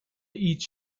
each